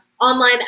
online